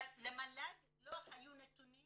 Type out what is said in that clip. אבל למל"ג לא היו נתונים